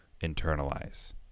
internalize